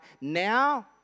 now